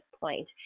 point